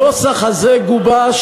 הנוסח הזה גובש